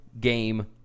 game